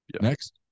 Next